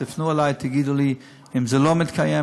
תפנו אלי ותגידו לי אם זה לא מתקיים,